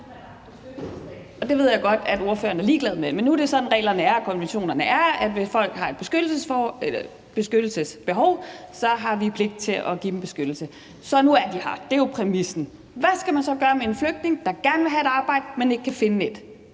det ved jeg godt at ordføreren er ligeglad med, men nu er det sådan, reglerne er og konventionerne er: Hvis folk har et beskyttelsesbehov, har vi pligt til at give dem beskyttelse. Så nu er de her. Det er jo præmissen. Hvad skal man så gøre med en flygtning, der gerne vil have et arbejde, men ikke kan finde et?